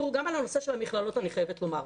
גם על הנושא של המכללות אני חייבת לומר.